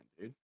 dude